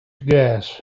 gas